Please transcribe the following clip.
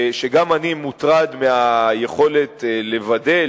וגם אני מוטרד מהיכולת לוודא,